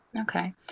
Okay